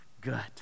good